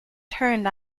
turned